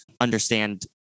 understand